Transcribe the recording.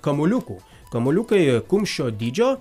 kamuoliukų kamuoliukai kumščio dydžio